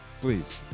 Please